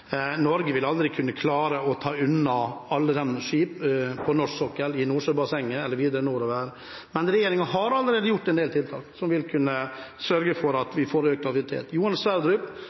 Norge vil aldri kunne klare å ta unna alle de skipene på norsk sokkel, i Nordsjøbassenget eller videre nordover. Men regjeringen har allerede gjort en del tiltak som vil kunne sørge for at vi får økt aktivitet: Johan